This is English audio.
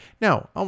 now